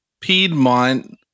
Piedmont